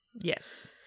Yes